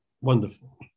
wonderful